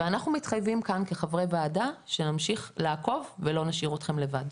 ואנחנו מתחייבים כאן כחברי ועדה שנמשיך לעקוב ולא נשאיר אתכם לבד.